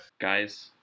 Guys